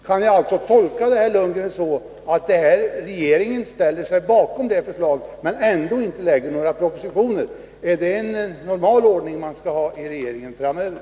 Kan vi tolka det så, Bo Lundgren, att regeringen ställer sig bakom det här förslaget men ändå inte lägger fram någon sådan proposition? Är det en normal ordning som man skall ha i regeringen framöver?